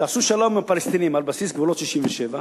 תעשו שלום עם הפלסטינים על בסיס גבולות 1967,